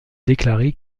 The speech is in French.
déclaré